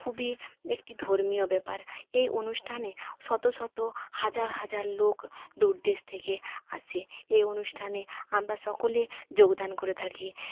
খুবই একটি ধর্মীয় ব্যপার এই অনুষ্ঠানে শত শত হাজার হাজার লোক দূর দেশ থেকে আসে এ অনুষ্ঠানে আমরা সকলে যোগদান করে থাকি